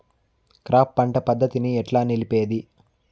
Crop పంట పద్ధతిని ఎట్లా నిలిపేది?